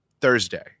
Thursday